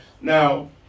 Now